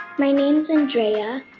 my name's andrea.